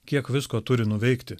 kiek visko turi nuveikti